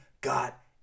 got